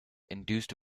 induced